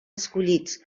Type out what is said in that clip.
escollits